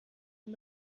dem